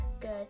good